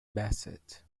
bassett